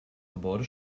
gebäude